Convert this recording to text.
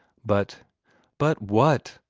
but but what!